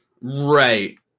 right